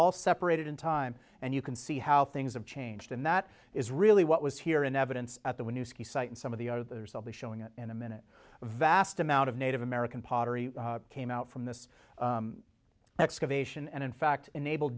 all separated in time and you can see how things have changed and that is really what was here in evidence at the new ski site and some of the other there's only showing it in a minute a vast amount of native american pottery came out from this excavation and in fact enable